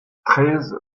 treize